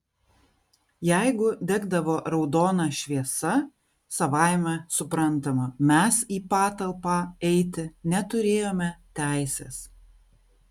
jeigu degdavo raudona šviesa savaime suprantama mes į patalpą eiti neturėjome teisės